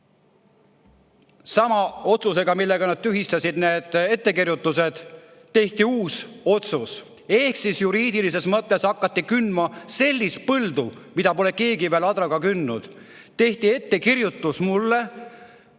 Sama otsusega, millega nad tühistasid need ettekirjutused, tehti uus otsus. Ehk siis juriidilises mõttes hakati kündma sellist põldu, mida pole keegi veel adraga kündnud. Tehti mulle ettekirjutus, et